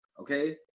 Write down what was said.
Okay